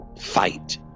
Fight